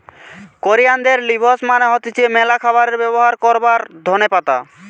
কোরিয়ানদের লিভস মানে হতিছে ম্যালা খাবারে ব্যবহার করবার ধোনে পাতা